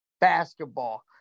basketball